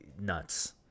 nuts